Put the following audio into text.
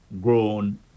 grown